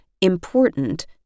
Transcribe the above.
important